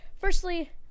Firstly